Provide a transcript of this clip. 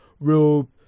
real